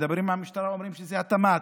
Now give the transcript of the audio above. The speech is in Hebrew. ומדברים עם המשטרה ואומרים שזה התמ"ת.